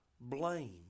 blame